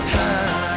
time